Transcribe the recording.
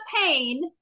pain